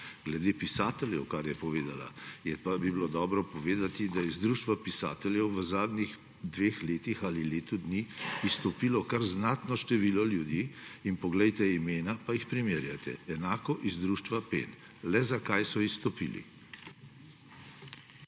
Glede pisateljev, kar je povedala, bi pa bilo dobro povedati, da je iz Društva slovenskih pisateljev v zadnjih dveh letih ali letu dni izstopilo kar znatno število ljudi. Poglejte imena pa jih primerjajte, enako iz Društva Pen. Le zakaj so izstopili?